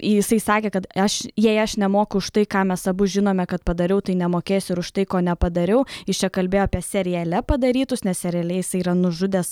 jisai sakė kad aš jei aš nemoku už tai ką mes abu žinome kad padariau tai nemokėsiu ir už tai ko nepadariau jis čia kalbėjo apie seriale padarytus nes seriale jisai yra nužudęs